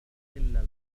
الفرصة